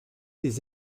des